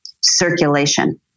circulation